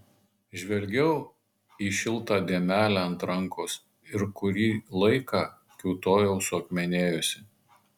žvelgiau į šiltą dėmelę ant rankos ir kurį laiką kiūtojau suakmenėjusi